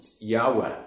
Yahweh